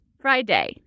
Friday